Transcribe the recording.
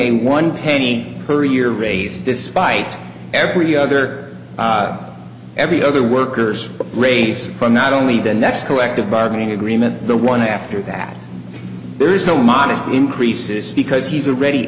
a one penny per year raise despite every other every other workers raise from not only the next collective bargaining agreement the one after that there is no modest increases because he's a ready